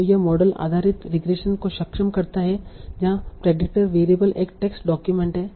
तो यह मॉडल आधारित रिग्रेशन को सक्षम करता है जहां प्रेडीकटर वेरिएबल एक टेक्स्ट डॉक्यूमेंट है